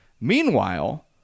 Meanwhile